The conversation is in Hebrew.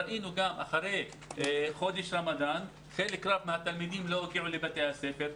ראינו שאחרי חודש הרמדאן חלק רב מהתלמידים לא הגיעו לבתי הספר,